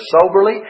soberly